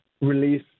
release